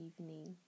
evening